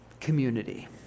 community